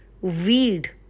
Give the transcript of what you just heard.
weed